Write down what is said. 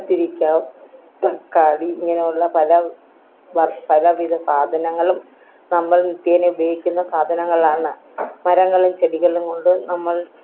കത്തിരിക്ക തക്കാളി ഇങ്ങനെയുള്ള പല പല വിധ സാധങ്ങങ്ങളും നമ്മൾ നിത്യേനെ ഉപയോഗിക്കുന്ന സാധനങ്ങളാണ് മരങ്ങളും ചെടികളും കൊണ്ട് നമ്മൾ